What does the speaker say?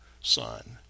son